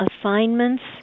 assignments